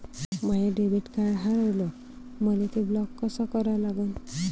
माय debit card हारवलं, मले ते ब्लॉक कस करा लागन?